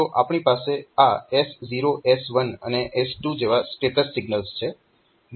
તો આપણી પાસે આ S0 S1 અને S2 જેવા સ્ટેટસ સિગ્નલ્સ છે